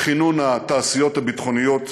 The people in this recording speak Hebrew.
בכינון התעשיות הביטחוניות,